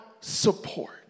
support